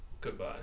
Goodbye